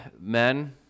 men